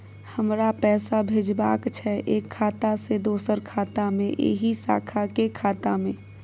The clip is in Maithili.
हमरा पैसा भेजबाक छै एक खाता से दोसर खाता मे एहि शाखा के खाता मे?